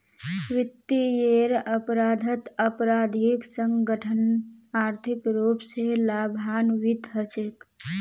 वित्तीयेर अपराधत आपराधिक संगठनत आर्थिक रूप स लाभान्वित हछेक